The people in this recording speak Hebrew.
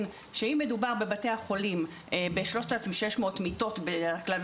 שאם בבתי החולים מדובר ב-3600 מיטות בדרך כלל,